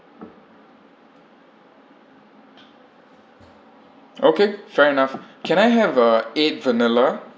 okay fair enough can I have a eight vanilla